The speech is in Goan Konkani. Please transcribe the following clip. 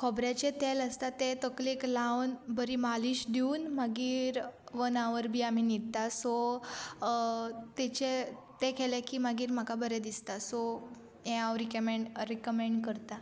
खोबऱ्याचे तेल आसता ते तकलेक लावन बरी मालीश दिवन मागीर वन आवर बी आमी न्हिदता सो तेचे तें केलें की मागीर म्हाका बरें दिसता सो हें हांव रमेंड रिकमेंड करता